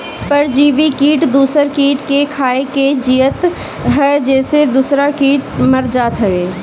परजीवी किट दूसर किट के खाके जियत हअ जेसे दूसरा किट मर जात हवे